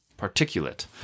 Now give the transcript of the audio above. particulate